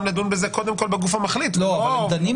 לדון בזה קודם כל בגוף המחליט ולא בבג"ץ.